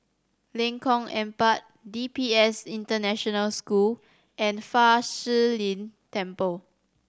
Lengkong Empat D P S International School and Fa Shi Lin Temple